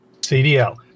CDL